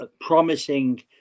promising